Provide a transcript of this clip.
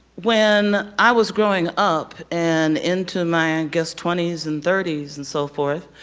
when i was growing up and into my, i guess twenty s and thirty s and so forth,